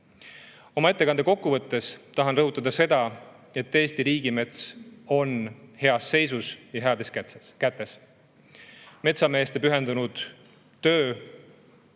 Oma ettekande kokkuvõttes tahan rõhutada, et Eesti riigimets on heas seisus ja heades kätes. Metsameeste pühendunud töö